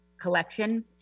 collection